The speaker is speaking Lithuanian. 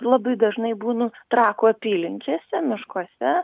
labai dažnai būnu trakų apylinkėse miškuose